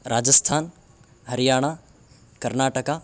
राजस्थानं हरियाणा कर्नाटकः